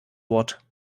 wort